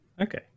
okay